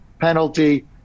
penalty